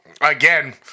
again